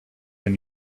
than